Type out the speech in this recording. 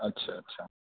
اچھا اچھا